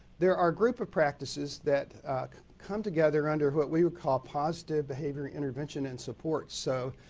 there are group of practices that come together under what we would call positive behavior intervention and support. so,